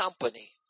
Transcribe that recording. company